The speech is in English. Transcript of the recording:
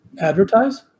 Advertise